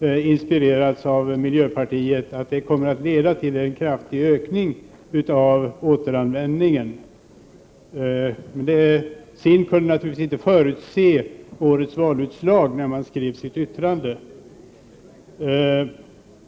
har inspirerats av miljöpartiet — kommer att leda till en kraftig ökning av återanvändningen. På SIND kunde man naturligtvis inte förutse årets valutslag när man skrev sitt yttrande.